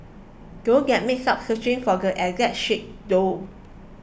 don't get mixed up searching for the exact shade though